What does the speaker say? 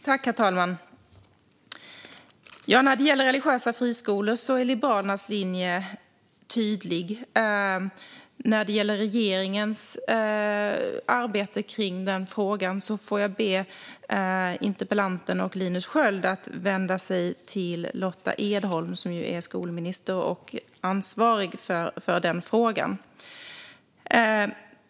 Herr talman! När det gäller religiösa friskolor är Liberalernas linje tydlig. När det gäller regeringens arbete med detta får jag be interpellanten och Linus Sköld att vända sig till skolminister Lotta Edholm som är ansvarig för denna fråga.